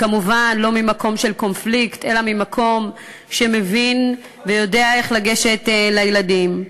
כמובן לא ממקום של קונפליקט אלא ממקום שמבין ויודע איך לגשת לילדים.